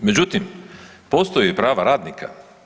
Međutim, postoje prava radnika.